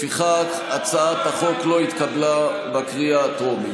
לפיכך, הצעת החוק לא התקבלה בקריאה הטרומית.